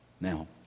Now